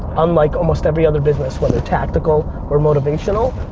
unlike almost every other business whether tactical or motivational,